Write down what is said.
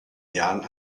jahren